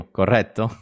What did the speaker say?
corretto